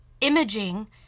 imaging